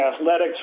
athletics